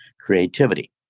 creativity